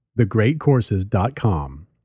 thegreatcourses.com